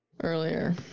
earlier